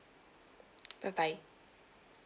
bye bye